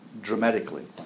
dramatically